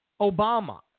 Obama